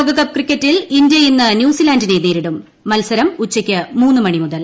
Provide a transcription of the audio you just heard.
ലോകകപ്പ് ക്രിക്കറ്റിൽ ഇന്തൃ ഇന്ന് നൃൂസിലാന്റിനെ മത്സരം ഉച്ചയ്ക്ക് മൂന്ന് മണി മുതൽ